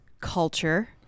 culture